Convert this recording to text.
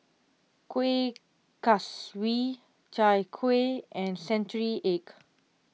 Kueh Kaswi Chai Kueh and Century Egg